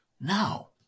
Now